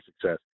success